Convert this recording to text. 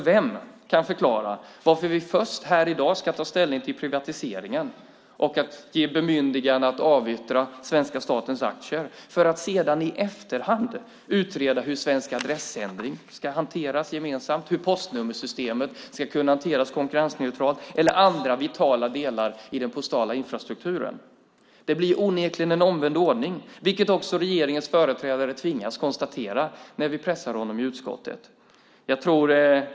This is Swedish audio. Vem kan förklara varför vi först här i dag ska ta ställning till privatiseringen och ge ett bemyndigande att avyttra svenska statens aktier för att sedan i efterhand utreda hur Svensk Adressändring ska hanteras gemensamt, hur postnummersystemet ska kunna hanteras konkurrensneutralt eller hur andra vitala delar i den postala infrastrukturen ska hanteras? Det blir onekligen en omvänd ordning, vilket också regeringens företrädare tvingades konstatera när vi pressade honom i utskottet.